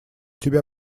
тебя